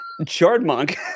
Chardmonk